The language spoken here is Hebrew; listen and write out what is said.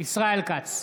ישראל כץ,